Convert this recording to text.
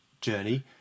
journey